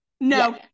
no